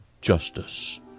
justice